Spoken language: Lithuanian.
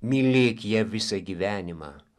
mylėk ją visą gyvenimą